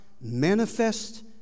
manifest